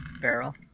Barrel